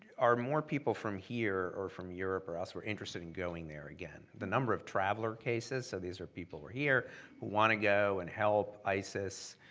are more people from here, or from europe or elsewhere interested in going there again? the number of traveler cases, so these are people here who want to go and help isis,